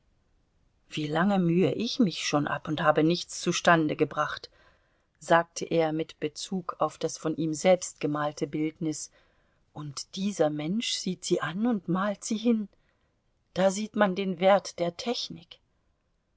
wie lange mühe ich mich schon ab und habe nichts zustande gebracht sagte er mit bezug auf das von ihm selbst gemalte bildnis und dieser mensch sieht sie an und malt sie hin da sieht man den wert der technik